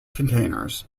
containers